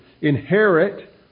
Inherit